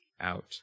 out